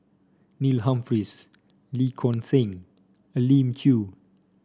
Neil Humphreys Lee Choon Seng Elim Chew